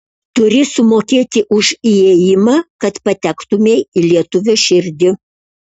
turi sumokėti už įėjimą kad patektumei į lietuvio širdį